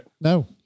No